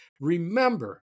remember